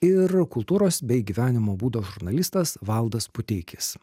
ir kultūros bei gyvenimo būdo žurnalistas valdas puteikis